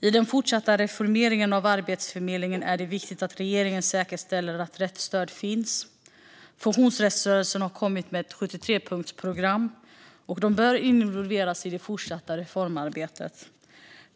I den fortsatta reformeringen av Arbetsförmedlingen är det viktigt att regeringen säkerställer att rätt stöd finns. Funktionsrättsrörelsen har kommit med ett 73-punktsprogram, och rörelsen bör involveras i det fortsatta reformarbetet.